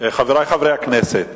חברי חברי הכנסת,